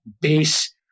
base